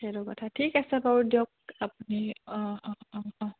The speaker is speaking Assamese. সেইটো কথা ঠিক আছে বাৰু দিয়ক আপুনি অঁ অঁ অঁ অঁ